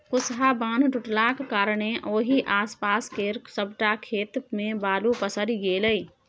कुसहा बान्ह टुटलाक कारणेँ ओहि आसपास केर सबटा खेत मे बालु पसरि गेलै